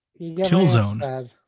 Killzone